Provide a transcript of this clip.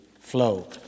flow